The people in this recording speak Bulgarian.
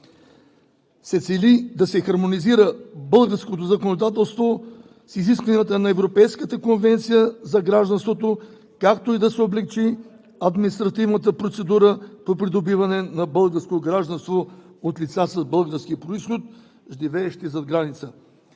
се цели да се хармонизира българското законодателство с изискванията на Европейската конвенция за гражданството, както и да се облекчи административната процедура по придобиване на българско гражданство от лица с български произход, живеещи зад граница.